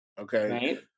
Okay